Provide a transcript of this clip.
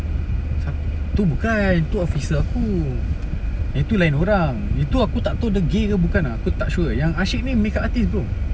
siapa itu bukan itu officer aku itu lain orang itu aku tak tahu dia gay ke bukan ah aku tak sure yang ashiq ni make-up artist bro